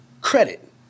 credit